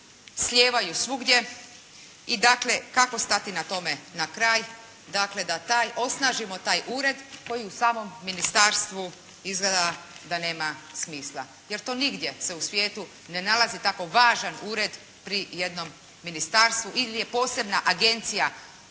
slijevaju svugdje i dakle, kako stati tome na kraj. Dakle, da taj, osnažimo taj ured koji u samom Ministarstvu izgleda da nema smisla. Jer to nigdje se u svijetu ne nalazi tako važan ured pri jednom ministarstvu ili je posebna agencija